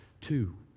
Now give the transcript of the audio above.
two